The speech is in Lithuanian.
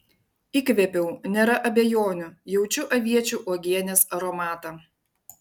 įkvėpiau nėra abejonių jaučiu aviečių uogienės aromatą